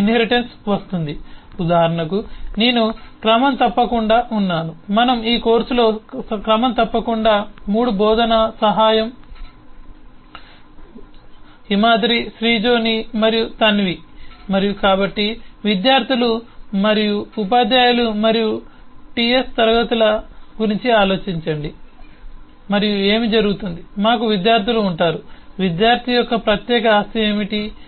inheritance వస్తుంది ఉదాహరణకు నేను క్రమం తప్పకుండా ఉన్నాను మనం ఈ కోర్సులో క్రమం తప్పకుండా 3 బోధనా సహాయం TA లు హిమాద్రి శ్రీజోని మరియు తన్విHimadri Srijoni and Tanwi మరియు కాబట్టి విద్యార్థులు మరియు ఉపాధ్యాయులు మరియు టిఎస్ క్లాస్ ల గురించి ఆలోచించండి మరియు ఏమి జరుగుతుంది మాకు విద్యార్థులు ఉంటారు విద్యార్థి యొక్క ప్రత్యేక ఆస్తి ఏమిటి